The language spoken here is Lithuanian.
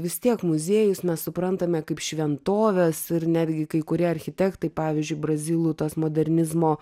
vis tiek muziejus mes suprantame kaip šventoves ir netgi kai kurie architektai pavyzdžiui brazilų tas modernizmo